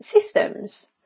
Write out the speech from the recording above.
systems